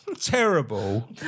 terrible